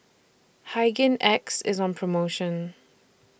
Hygin X IS on promotion